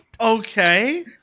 Okay